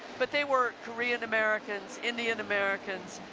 but they were korean americans, indian americans,